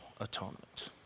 atonement